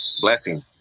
blessing